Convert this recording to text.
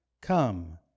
come